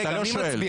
אתה לא שואל.